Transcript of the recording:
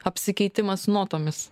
apsikeitimas notomis